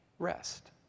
rest